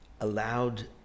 allowed